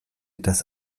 das